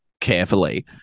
carefully